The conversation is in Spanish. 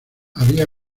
había